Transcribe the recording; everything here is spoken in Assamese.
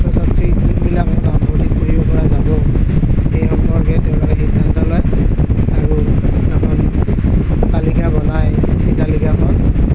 ছাত্ৰ ছাত্ৰীৰ যিবিলাক নামভৰ্তি কৰিব পৰা যাব সেই সম্পৰ্কে তেওঁলোকে সিদ্ধান্ত লয় আৰু এখন তালিকা বনাই সেই তালিকাখন